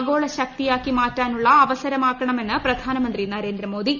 ആഗോള ശക്തിയാക്കി മാറ്റാനുള്ള അവസരമാക്കണമെന്ന് പ്രധാനമന്ത്രി നരേന്ദ്ര മോദി